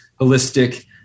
holistic